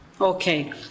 Okay